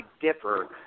differ